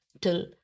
till